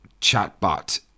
chatbot